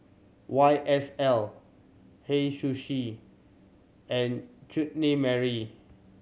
Y S L Hei Sushi and Chutney Mary